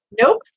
Nope